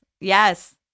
Yes